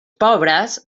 pobres